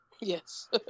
Yes